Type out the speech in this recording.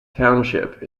township